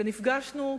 ונפגשנו,